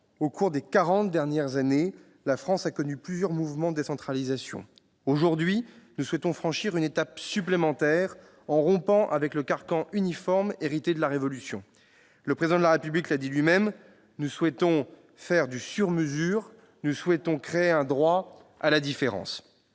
Au cours des quarante dernières années, la France a connu plusieurs mouvements de décentralisation. Aujourd'hui, nous souhaitons franchir une étape supplémentaire, en brisant le carcan uniforme hérité de la Révolution. Le Président de la République l'a dit lui-même, nous souhaitons faire du sur mesure, créer un droit à la différence.